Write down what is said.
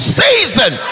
season